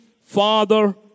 father